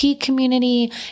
community